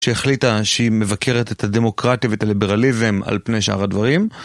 שהחליטה שהיא מבקרת את הדמוקרטיה ואת הליברליזם על פני שאר הדברים.